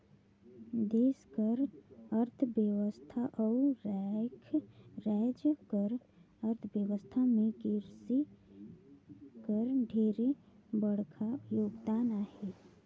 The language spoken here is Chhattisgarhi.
देस कर अर्थबेवस्था अउ राएज कर अर्थबेवस्था में किरसी कर ढेरे बड़खा योगदान अहे